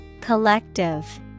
collective